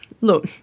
look